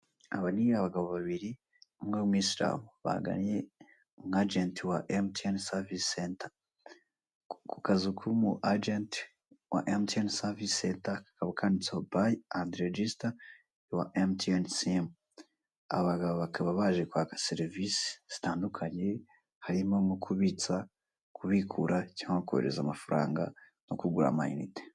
Aba ni abagabo babiri umwe w'umwisiramu bahagararanye n'umwagenti wa MTN service center ku kazu k'umu agent wa MTN service center kakaba kanditseho buy and register your MTN sim aba bagabo bakaba baje kwaka service zitandukanye harimo nko kubitsa, kubikura cyangwa kohereza amafaranga no kugura ama inite.